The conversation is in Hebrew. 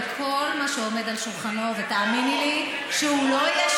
בצלאל, אתה הורג לי את